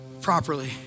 properly